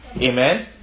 Amen